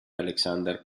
alexander